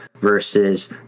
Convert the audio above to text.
versus